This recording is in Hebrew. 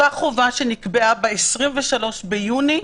אותה חובה שנקבעה ב-23 ביוני,